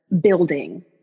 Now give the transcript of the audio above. building